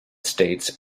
states